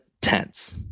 tense